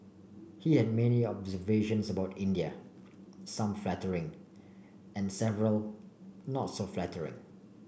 he had many observations about India some flattering and several not so flattering